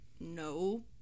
no